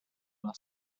alla